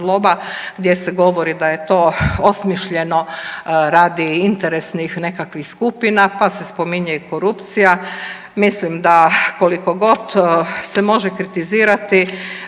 gdje se govori da je to osmišljeno radi interesnih nekakvih skupina, pa se spominje i korupcija. Mislim da koliko god se može kritizirati